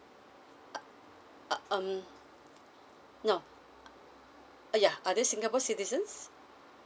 um no ya are they singapore citizens